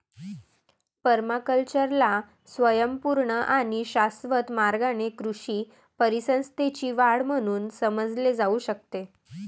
पर्माकल्चरला स्वयंपूर्ण आणि शाश्वत मार्गाने कृषी परिसंस्थेची वाढ म्हणून समजले जाऊ शकते